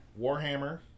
Warhammer